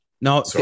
No